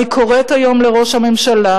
אני קוראת היום לראש הממשלה,